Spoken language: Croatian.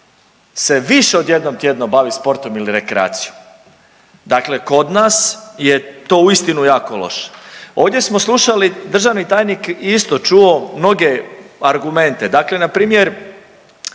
se više od jednom tjedno bavi sportom ili rekreacijom. Dakle, kod nas je to uistinu jako loše. Ovdje smo slušali državni tajnik isto čuo mnoge argumente, dakle npr.